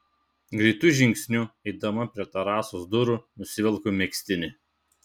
greitu žingsniu eidama prie terasos durų nusivelku megztinį